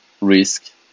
risk